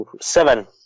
seven